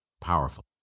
powerful